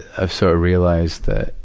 of so realized that,